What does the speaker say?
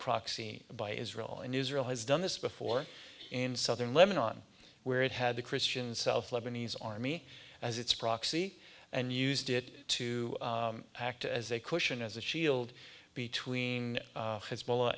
proxy by israel and israel has done this before in southern lebanon where it had the christian south lebanese army as its proxy and used it to act as a cushion as a shield between hezbollah